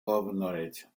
governorate